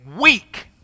weak